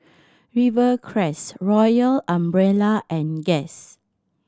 Rivercrest Royal Umbrella and Guess